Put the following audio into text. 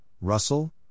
russell